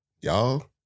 Y'all